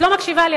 את לא מקשיבה לי,